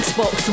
Xbox